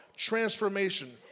Transformation